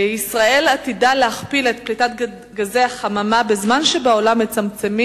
הצעות לסדר-היום שמספרן